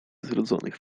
zrodzonych